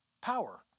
power